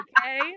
okay